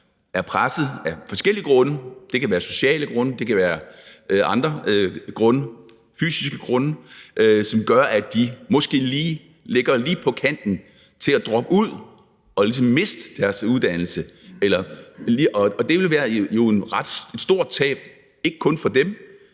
som af forskellige grunde er pressede; det kan være sociale grunde, det kan være fysiske grunde eller andre grunde, som gør, at de måske ligger lige på kanten til at droppe ud og miste deres uddannelse. Og det ville jo være et stort tab, ikke kun for dem,